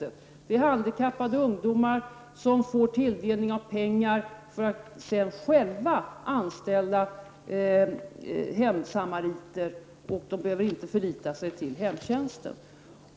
Det går ut på att handikappade ungdomar får tilldelning av pengar för att sedan själva anställa hemsamariter, och de behöver inte förlita sig på hemtjänsten.